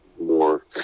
more